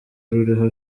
ruriho